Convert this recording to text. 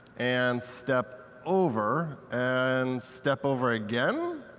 and step over and step over again.